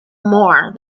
more